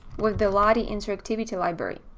with the lottie interactivity library,